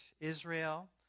Israel